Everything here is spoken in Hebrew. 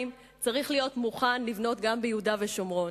צריך להיות מוכן לבנות גם ביהודה ושומרון,